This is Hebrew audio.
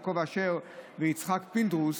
יעקב אשר ויצחק פינדרוס.